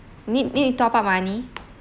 need need to top up money